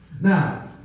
Now